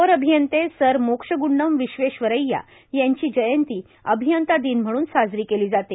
थोर अभियंते सर मोक्षगंडम विश्वेश्वरैय्या यांची जयंती अभियंता दिन म्हणून साजरी केली जाते